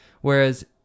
Whereas